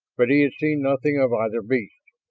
but he had seen nothing of either beast,